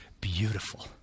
beautiful